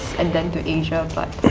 and then to asia, but,